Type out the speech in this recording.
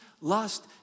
lust